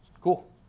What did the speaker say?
Cool